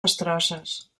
destrosses